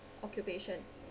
occupation